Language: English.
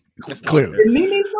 Clearly